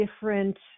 different